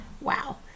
wow